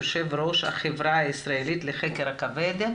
יושב ראש החברה הישראלית לחקר הכבד.